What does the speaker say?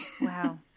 Wow